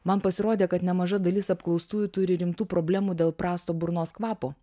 man pasirodė kad nemaža dalis apklaustųjų turi rimtų problemų dėl prasto burnos kvapo